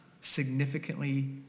significantly